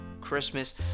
Christmas